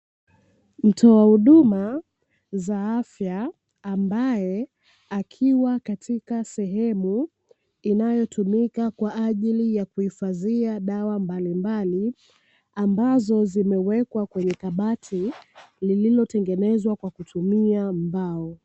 Mtoa huduma za afya, ambaye akiwa katika sehemu inayotumika kwa ajili ya kuhifadhia dawa mbalimbali, ambazo zimewekwa katika kwenye kabati, lililotengenezwa kwa kutumia mbao.